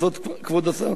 עדיין לא קונסים אותם,